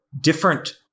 different